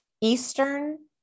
Eastern